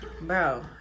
Bro